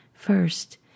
First